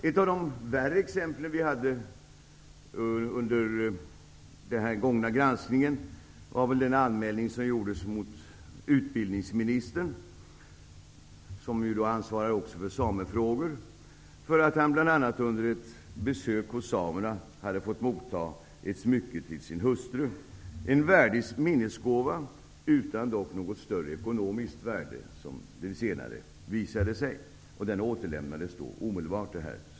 Ett av de värre exemplen som vi hade under den gångna granskningen var den anmälning som gjordes mot utbildningsministern, som även ansvarar för samefrågor, för att han under ett besök hos samerna hade fått motta ett smycke till sin hustru, en värdig minnesgåva, dock, som det senare visade sig, utan något större ekonomiskt värde.